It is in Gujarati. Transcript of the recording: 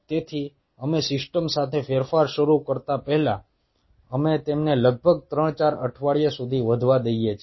તેથી અમે સિસ્ટમ સાથે ફેરફાર શરૂ કરતા પહેલા અમે તેમને લગભગ 3 4 અઠવાડિયા સુધી વધવા દઈએ છીએ